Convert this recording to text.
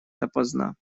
допоздна